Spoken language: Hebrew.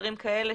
ודברים כאלה